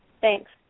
Thanks